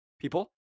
people